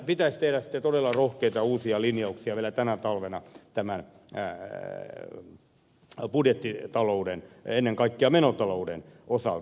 pitäisi tehdä todella rohkeita uusia linjauksia vielä tänä talvena tämän budjettitalouden ja ennen kaikkea menotalouden osalta